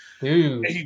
dude